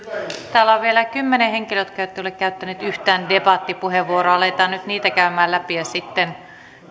täällä on vielä kymmenen henkilöä jotka eivät ole käyttäneet yhtään debattipuheenvuoroa aletaan nyt niitä käydä läpi ja sitten